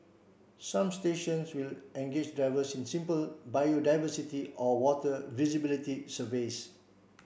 some stations will engage divers in simple biodiversity or water visibility surveys